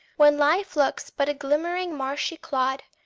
when life looks but a glimmering marshy clod,